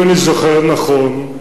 אם אני זוכר נכון,